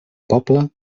poble